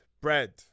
Bread